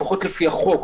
לפחות לפי החוק.